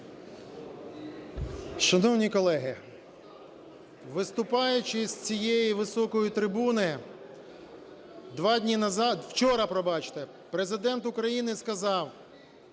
Шановні колеги, виступаючи з цієї високої трибуни 2 дні назад, вчора, пробачте, Президент України сказав: